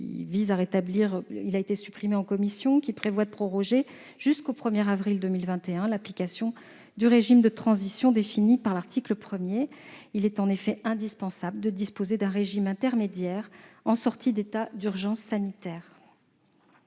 2, supprimé en commission, qui proroge jusqu'au 1 avril 2021 l'application du régime de transition défini par l'article 1. En effet, il est indispensable de disposer d'un régime intermédiaire en sortie d'état d'urgence sanitaire.